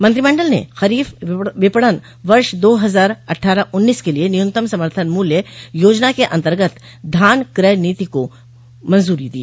मंत्रिमंडल ने खरीफ विपणन वर्ष दो हजार अट्ठारह उन्नीस के लिए न्यनतम समर्थन मूल्य योजना के अन्तर्गत धान क्रय नीति के निर्धारण को मंजूरी दी